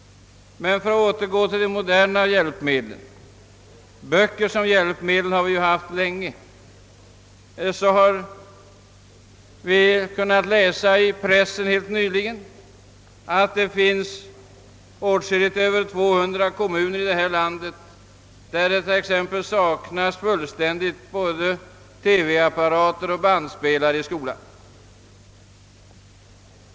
För att återgå till de moderna hjälpmedlen — böcker som hjälpmedel har ju förekommit länge — så har vi helt nyligen kunnat läsa i pressen att det finns över 200 kommuner i vårt land där t.ex. både TV-apparater och bandspelare fullständigt saknas i skolorna.